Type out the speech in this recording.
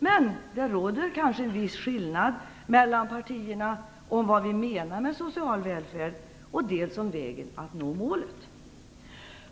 Men det råder kanske en viss skillnad mellan partierna dels om vad vi menar med social välfärd, dels om vägen att nå målet.